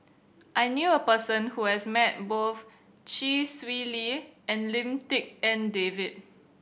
I knew a person who has met both Chee Swee Lee and Lim Tik En David